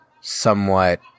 somewhat